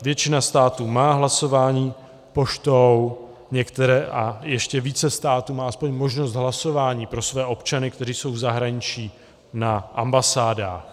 Většina států má hlasování poštou, některé a ještě více států má aspoň možnost hlasování pro své občany, kteří jsou v zahraničí, na ambasádách.